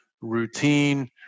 routine